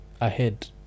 ahead